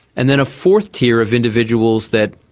and then a fourth tier of individuals that,